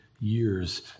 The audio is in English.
years